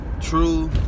true